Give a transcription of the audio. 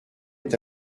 est